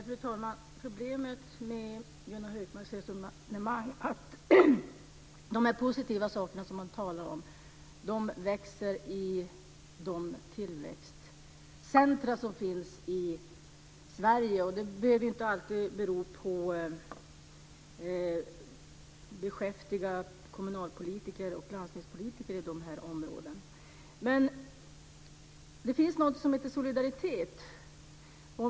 Fru talman! Problemet med Gunnar Hökmarks resonemang är att de positiva saker han talar om växer i de tillväxtcentrum som finns i Sverige. Det behöver ju inte alltid bero på beskäftiga kommunalpolitiker och landstingspolitiker i de här områdena. Det finns något som heter solidaritet.